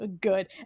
good